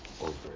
over